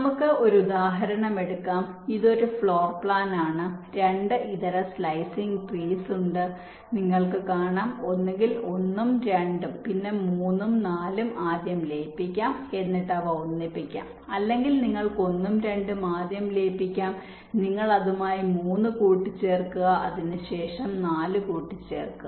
നമുക്ക് ഒരു ഉദാഹരണം എടുക്കാം ഇത് ഒരു ഫ്ലോർ പ്ലാൻ ആണ് രണ്ട് ഇതര സ്ലൈസിങ് ട്രീസ് ഉണ്ട് നിങ്ങൾക്ക് കാണാം ഒന്നുകിൽ 1 ഉം 2 ഉം പിന്നെ 3 ഉം 4 ഉം ആദ്യം ലയിപ്പിക്കാം എന്നിട്ട് അവ ഒന്നിപ്പിക്കാം അല്ലെങ്കിൽ നിങ്ങൾക്ക് 1 ഉം 2 ഉം ആദ്യം ലയിപ്പിക്കാം നിങ്ങൾ അതുമായി 3 കൂട്ടിച്ചേർക്കുക അതിനുശേഷം 4 കൂട്ടിച്ചേർക്കുക